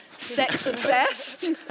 Sex-obsessed